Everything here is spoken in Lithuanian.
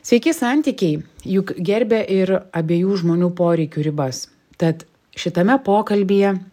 sveiki santykiai juk gerbia ir abiejų žmonių poreikių ribas tad šitame pokalbyje